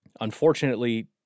Unfortunately